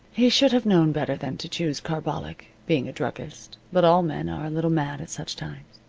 he should have known better than to choose carbolic, being a druggist, but all men are a little mad at such times.